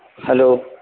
hello